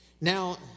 Now